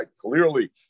clearly